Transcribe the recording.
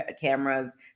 cameras